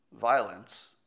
violence